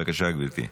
בבקשה, גברתי.